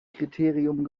kriterium